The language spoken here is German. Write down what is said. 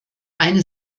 eine